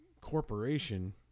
corporation